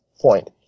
point